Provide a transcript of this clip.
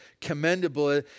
commendable